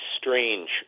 strange